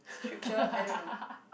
scripture I don't know